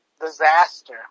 disaster